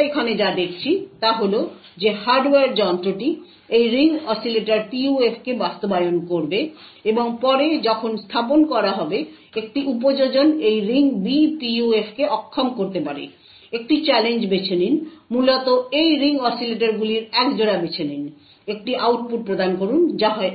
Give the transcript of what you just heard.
আমরা এখানে যা দেখছি তা হল যে হার্ডওয়্যার যন্ত্রটি এই রিং অসিলেটর PUF কে বাস্তবায়ন করবে এবং পরে যখন স্থাপন করা হবে একটি উপযোজন এই রিং B PUF কে অক্ষম করতে পারে একটি চ্যালেঞ্জ বেছে নিন মূলত এই রিং অসিলেটরগুলির এক জোড়া বেছে নিন একটি আউটপুট প্রদান করুন যা হয়